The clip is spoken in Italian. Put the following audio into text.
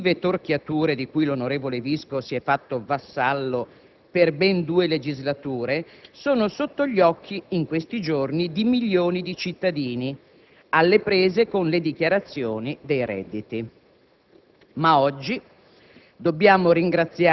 I demeriti politici delle successive torchiature di cui l'onorevole Visco si è fatto vassallo per ben due legislature sono in questi giorni sotto gli occhi di milioni di cittadini alle prese con le dichiarazioni dei redditi.